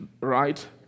Right